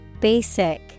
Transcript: Basic